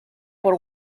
por